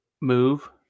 move